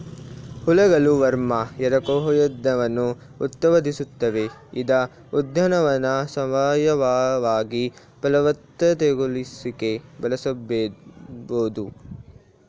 ಹುಳಗಳು ವರ್ಮ್ ಎರಕಹೊಯ್ದವನ್ನು ಉತ್ಪಾದಿಸುತ್ವೆ ಇದ್ನ ಉದ್ಯಾನವನ್ನ ಸಾವಯವವಾಗಿ ಫಲವತ್ತತೆಗೊಳಿಸಿಕೆ ಬಳಸ್ಬೋದು